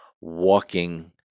walking